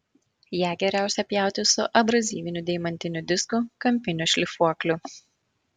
ją geriausia pjauti su abrazyviniu deimantiniu disku kampiniu šlifuokliu